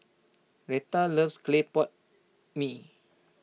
Retha loves Clay Pot Mee